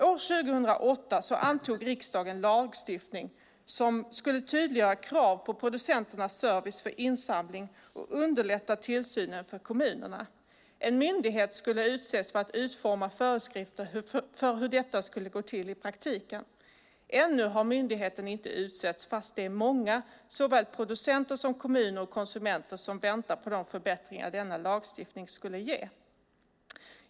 År 2008 antog riksdagen lagstiftning som skulle tydliggöra krav på producenternas service för insamling och underlätta tillsynen för kommunerna. En myndighet skulle utses för att utforma föreskrifter för hur detta skulle gå till i praktiken. Ännu har myndigheten inte utsetts fast det är många, såväl producenter som kommuner och konsumenter, som väntar på de förbättringar denna lagstiftning skulle ge.